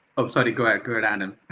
um sorry. go ahead, go ahead adam.